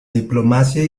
diplomacia